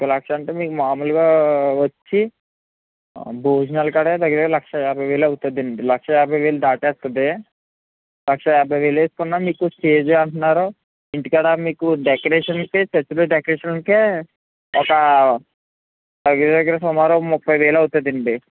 ఇంకో లక్ష అంటే మీకు మామూలుగా వచ్చి భోజనాలకాడే దగ్గర దగ్గర లక్షా యాభై వేలు అవుతుందండి లక్షా యాభై వేలు దాటేస్తుంది లక్షా యాభై వేలు వేసుకున్నా మీకు స్టేజ్ అంటున్నారు ఇంటికాడ మీకు డెకరేషన్కే చర్చిలో డెకరేషన్లకే ఒక దగ్గర దగ్గర సమారుగా ఒక ముప్పై వేలు అవుతుందండి